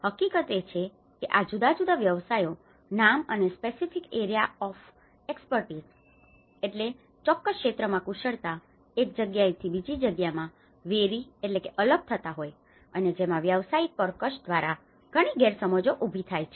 હકીકત એ છે કે આ જુદાજુદા વ્યવસાયો નામ અને specific area of expertise specific area of expertise ચોક્કસ ક્ષેત્રમાં કુશળતા એક જગ્યાથી બીજી જગ્યામાં વેરી vary અલગ થતાં હોય અને જેમાં વ્યાવસાયિક કર્કશ દ્વારા ઘણી ગેરસમજો ઉભી થાય છે